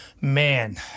Man